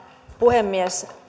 puhemies